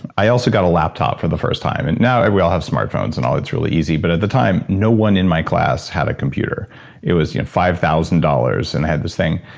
i also got a laptop for the first time. and now and we all have smart phones and all it's really easy, but at the time, no one in my class had a computer it was, you know, five thousand dollars and i had this thing.